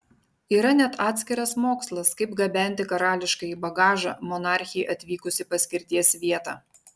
yra net atskiras mokslas kaip gabenti karališkąjį bagažą monarchei atvykus į paskirties vietą